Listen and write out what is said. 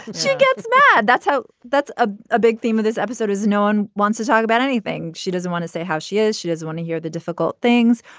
she gets mad that's how that's a ah big theme of this episode is no one wants to talk about anything she doesn't want to say how she is she does want to hear the difficult things.